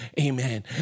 Amen